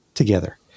together